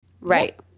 Right